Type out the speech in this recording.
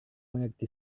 mengerti